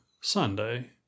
Sunday